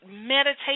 meditate